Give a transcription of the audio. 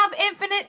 infinite